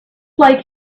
like